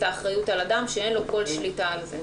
האחריות על אדם שאין לו כל שליטה על זה.